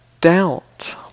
doubt